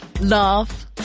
laugh